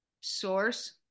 source